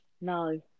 No